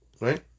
Right